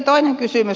toinen kysymys